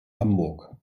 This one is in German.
hamburg